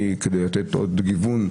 כדי לתת עוד גיוון,